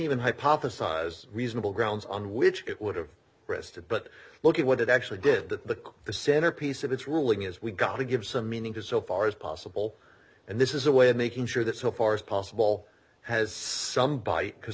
even hypothesize reasonable grounds on which it would have rested but look at what it actually did the the centerpiece of its ruling is we got to give some meaning to so far as possible and this is a way of making sure that so far as possible has some bite because